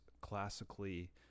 classically